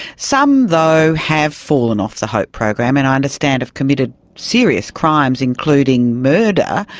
some though have fallen off the hope program and i understand have committed serious crimes, including murder.